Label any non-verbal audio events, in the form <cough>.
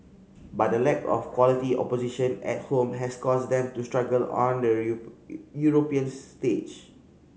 but the lack of quality opposition at home has caused them to struggle on the <unintelligible> European stage